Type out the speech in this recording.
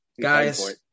Guys